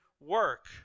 work